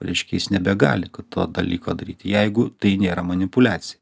reiškia jis nebegali to dalyko daryti jeigu tai nėra manipuliacija